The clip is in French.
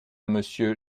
monsieur